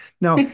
Now